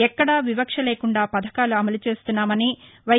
ఎక్కడా విపక్ష లేకుండా పథకాలు అమలు చేస్తున్నామని వై